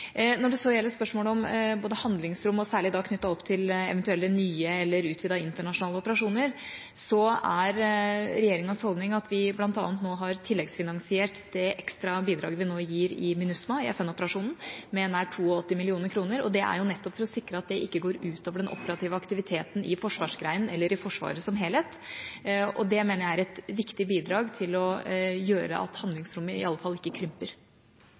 Når det så gjelder spørsmålet om handlingsrom, særlig knyttet til eventuelle nye eller utvidede internasjonale operasjoner, er regjeringas holdning at vi bl.a. nå har tilleggsfinansiert det ekstra bidraget vi nå gir i MINUSMA, FN-operasjonen, med nær 82 mill. kr. Det er nettopp for å sikre at det ikke går ut over den operative aktiviteten i forsvarsgrenene eller i Forsvaret som helhet, og det mener jeg er et viktig bidrag til at handlingsrommet i alle fall ikke krymper.